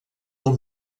del